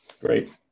Great